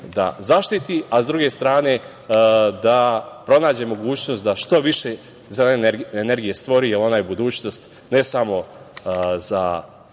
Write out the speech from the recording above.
da zaštiti, a sa druge strane da pronađe mogućnost da što više zelene energije stvori, jer ona je budućnost ne samo za